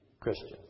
Christian